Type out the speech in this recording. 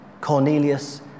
Cornelius